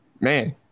Man